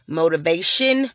motivation